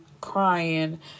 crying